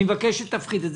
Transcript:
אני מבקש שתפחית את התעריף.